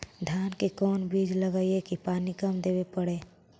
धान के कोन बिज लगईऐ कि पानी कम देवे पड़े?